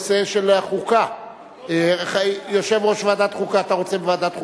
הצעת חוק חובת המכרזים (עידוד העסקת עובדים עם מוגבלות),